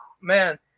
man